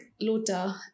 Lota